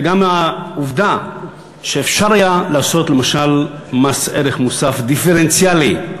אלא גם העובדה שאפשר היה לעשות למשל מס ערך מוסף דיפרנציאלי,